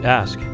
ask